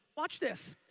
watch this.